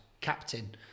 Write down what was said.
captain